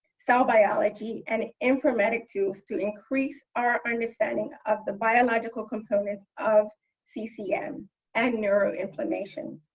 cell biology, and informatic tools to increase our understanding of the biological components of ccm and neuro-inflammation.